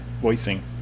Voicing